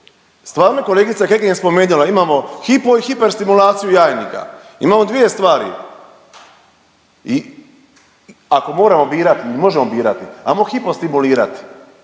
stvarno kolegica Kekin je spomenula, imamo hipo i hiper stimulacija jajnika, imamo dvije stvari i ako moramo birati i možemo birati ajmo hipo stimulirati,